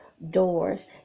doors